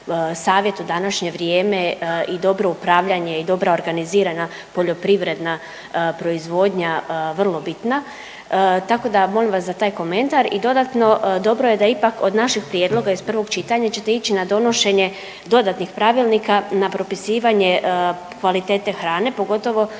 savjet u današnje vrijeme i dobro upravljanje i dobra organizirana poljoprivredna proizvodnja vrlo bitna, tako da molim vas za taj komentar. I dodatno dobro je da ipak od našeg prijedloga iz prvog pitanja ćete ići na donošenje dodatnih pravilnika na propisivanje kvalitete hrane pogotovo